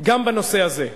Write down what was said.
גם בנושא הזה.